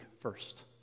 first